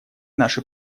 наши